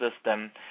system